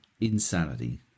insanity